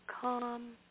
calm